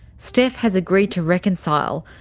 steph has agreed to reconcile,